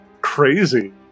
crazy